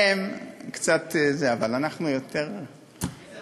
הם קצת, אבל אנחנו יותר סבלניים.